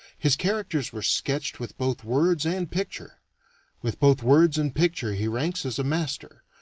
his characters were sketched with both words and picture with both words and picture he ranks as a master,